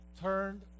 turned